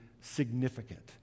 significant